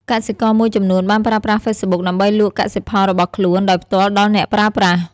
កសិករមួយចំនួនបានប្រើប្រាស់ហ្វេសប៊ុកដើម្បីលក់កសិផលរបស់ខ្លួនដោយផ្ទាល់ដល់អ្នកប្រើប្រាស់។